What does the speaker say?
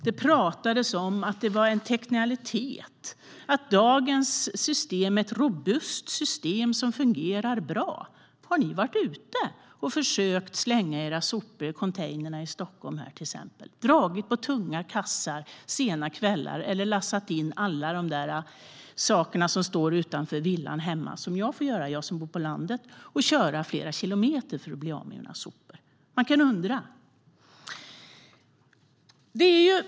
Det talades om att det var en teknikalitet och att dagens system är ett robust system som fungerar bra. Har ni varit ute och försökt slänga era sopor i containrarna till exempel här i Stockholm och släpat på tunga kassar sena kvällar eller lassat in alla de saker som står utanför villan hemma, som jag som bor på landet får göra, och kört flera kilometer för att bli av med soporna? Man kan undra.